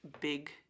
big